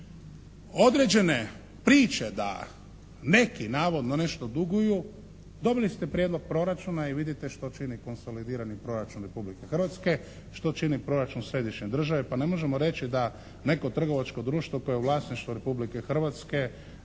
Određene priče da neki navodno nešto duguju, dobili ste prijedlog proračuna i vidite što čini konsolidirani proračun Republike Hrvatske, što čini proračun središnje države. Pa ne možemo reći da neko trgovačko društvo koje je u vlasništvu Republike Hrvatske